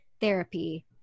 therapy